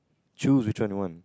choose which one you want